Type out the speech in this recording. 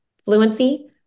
Fluency